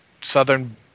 southern